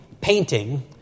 painting